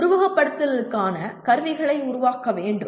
உருவகப்படுத்துதலுக்கான கருவிகளை உருவாக்க வேண்டும்